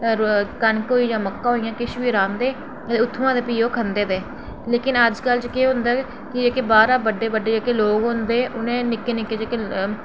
कनक होई जां मक्का होइ जां किश बी रांह्दे उत्थुआं ते प्ही ओह् खंदे ते लेकिन अजकल जेह्के केह् होंदा के जेह्के बाह्रां बड्डे बड्डे जेह्के लोक होंदे उंनें निक्के निक्के जेह्के